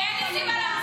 -- לאחמד טיבי.